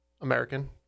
American